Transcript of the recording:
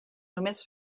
només